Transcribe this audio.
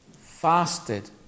fasted